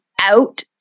out